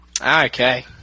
Okay